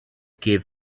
give